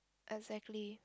exactly